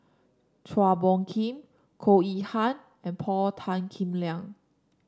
Chua Phung Kim Goh Yihan and Paul Tan Kim Liang